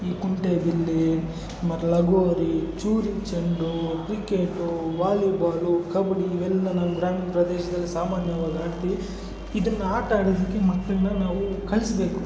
ಈ ಕುಂಟೆ ಬಿಲ್ಲೆ ಮತ್ತೆ ಲಗೋರಿ ಚೂರಿ ಚೆಂಡು ಕ್ರಿಕೆಟು ವಾಲಿಬಾಲು ಕಬಡ್ಡಿ ಇವೆಲ್ಲ ನಮ್ಮ ಗ್ರಾಮೀಣ ಪ್ರದೇಶದಲ್ಲಿ ಸಾಮಾನ್ಯವಾಗಿ ಆಡ್ತೀವಿ ಇದನ್ನು ಆಟಾಡೋದಿಕ್ಕೆ ಮಕ್ಳನ್ನು ನಾವು ಕಳಿಸ್ಬೇಕು